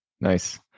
Nice